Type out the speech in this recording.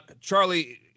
Charlie